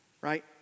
right